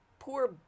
poor